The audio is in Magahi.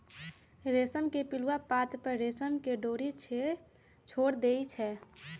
रेशम के पिलुआ पात पर रेशम के डोरी छोर देई छै